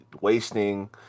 wasting